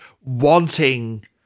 wanting